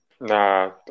Nah